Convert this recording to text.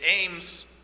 aims